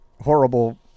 horrible